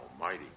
Almighty